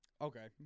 Okay